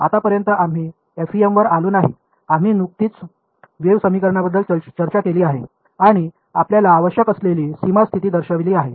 आतापर्यंत आम्ही एफईएमवर आलो नाही आम्ही नुकतीच वेव्ह समीकरणाबद्दल चर्चा केली आहे आणि आपल्याला आवश्यक असलेली सीमा स्थिती दर्शविली आहे